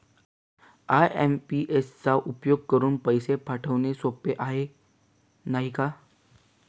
IMPS चा उपयोग करुन पैसे पाठवणे सोपे आहे, नाही का